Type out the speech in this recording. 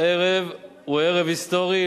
הערב הוא ערב היסטורי,